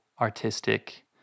artistic